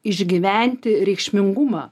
išgyventi reikšmingumą